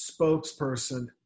spokesperson